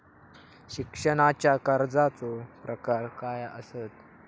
शिक्षणाच्या कर्जाचो प्रकार काय आसत?